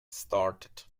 started